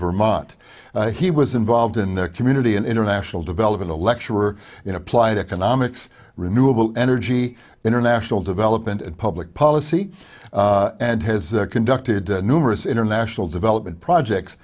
vermont he was involved in the community and international development a lecturer in applied economics renewable energy international development and public policy and has conducted numerous international development projects